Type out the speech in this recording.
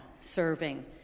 serving